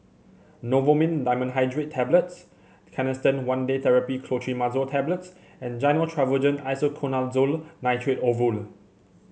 Novomin Dimenhydrinate Tablets Canesten One Day Therapy Clotrimazole Tablets and Gyno Travogen Isoconazole Nitrate Ovule